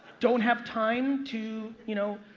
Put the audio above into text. don't have time to you know